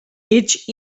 each